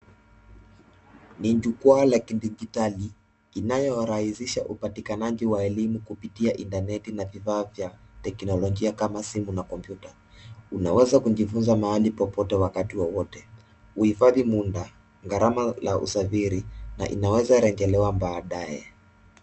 Ni jukwaa la kidijitali inayorahisisha upatikanaji wa elimu kupitia intaneti na vifaa vya teknolojia kama simu na kompyuta. Unaweza kujifunza mahali popote wakati wowote. Uhifadhi muda, gharama la usafiri na inaweza rejelewa baadae.